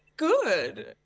good